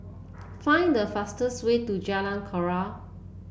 find the fastest way to Jalan Koran